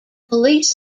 police